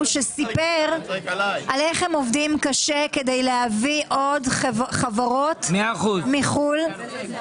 שסיפר איך הם עובדים קשה כדי להביא עוד חברות מחוץ לארץ.